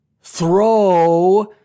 Throw